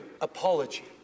apology